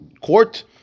court